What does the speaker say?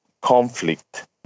conflict